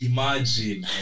Imagine